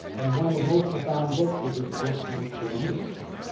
and one of the most profound books was this book on corridos.